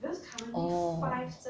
orh